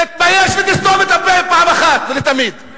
תתבייש לך, תתבייש ותסתום את הפה אחת ולתמיד.